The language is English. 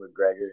McGregor